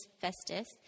Festus